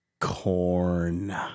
Corn